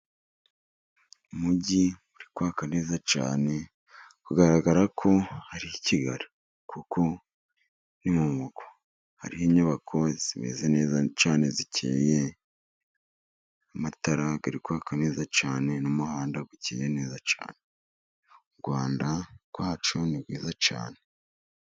Umujyi uri kwaka neza cyane, kugaragara ko ari i Kigali, kuko ni mu murwa. Hariho inyubako zimeze neza cyane zikeye, amatara ari kwaka neza cyane, n'umuhanda ukeye neza cyane, u Rwanda rwacu ni rwiza cyane.